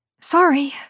Sorry